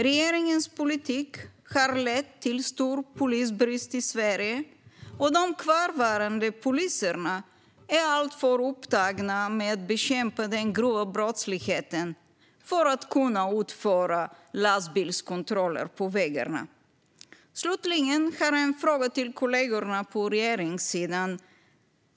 Regeringens politik har lett till stor polisbrist i Sverige, och de kvarvarande poliserna är alltför upptagna med att bekämpa den grova brottsligheten för att kunna utföra lastbilskontroller på vägarna. Slutligen har jag en fråga till kollegorna på regeringssidan.